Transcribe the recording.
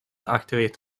activate